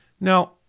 Now